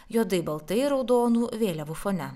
juodai baltai raudonų vėliavų fone